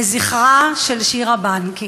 לזכרה של שירה בנקי.